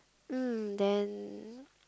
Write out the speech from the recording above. mm then